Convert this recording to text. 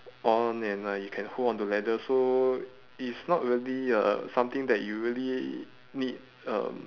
on and like you can hold on the ladder so it's not really um something that you really need um